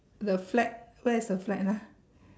the flat where's the flat ah